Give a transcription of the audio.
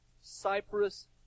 Cyprus